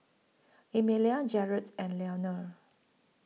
Emelia Jarrett and Leonel